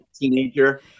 teenager